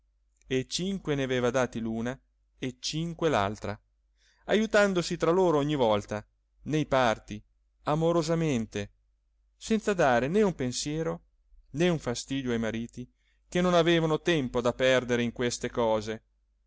e cinque ne aveva dati l'una e cinque l'altra ajutandosi tra loro ogni volta nei parti amorosamente senza dare né un pensiero né un fastidio ai mariti che non avevano tempo da perdere in queste cose